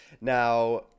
Now